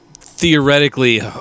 theoretically